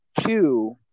two